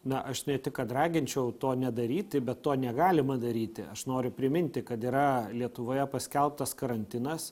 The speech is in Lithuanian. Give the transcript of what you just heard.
na aš ne tik kad raginčiau to nedaryti bet to negalima daryti aš noriu priminti kad yra lietuvoje paskelbtas karantinas